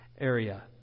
area